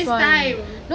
facetime